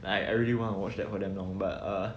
like I really wanna watch that for damn long but err